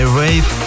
wave